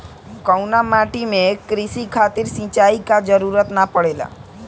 कउना माटी में क़ृषि खातिर सिंचाई क जरूरत ना पड़ेला?